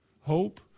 hope